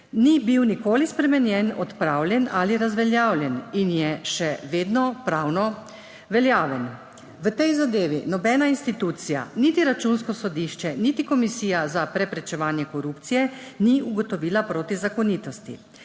ni bil nikoli spremenjen, odpravljen ali razveljavljen in je še vedno pravno veljaven. V tej zadevi nobena institucija niti Računsko sodišče niti Komisija za preprečevanje korupcije ni ugotovila protizakonitosti.